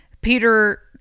Peter